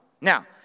Now